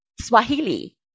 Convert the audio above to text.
Swahili